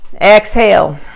Exhale